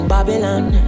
Babylon